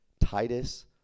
Titus